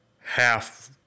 half